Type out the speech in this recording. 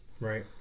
Right